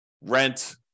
rent